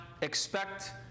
expect